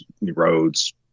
roads